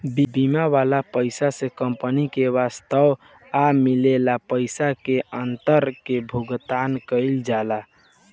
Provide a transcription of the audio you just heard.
बीमा वाला पइसा से कंपनी के वास्तव आ मिलल पइसा के अंतर के भुगतान कईल जाला